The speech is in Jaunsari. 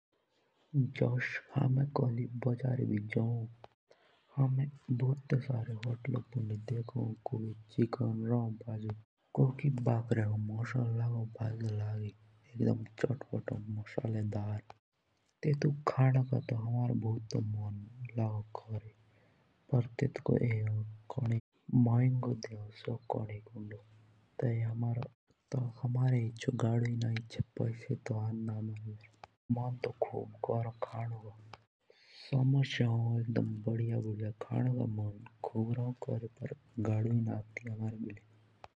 जूस हमे कोली बजार भी जाओ हेमे भूटी सारी होटलों पुंडी देखु कोकि चिकेन भजदो लगी। कोकि बकरेको मोन्सू भजदो लगी एक दम चाट पटो। तो हमारे खनु का तो तेतुक मान करदो लगी पर सो खोनिक महेंगो देओन सो कोनिक तब खोइना तो अति पोइसे तो होइना तब खोइना अति।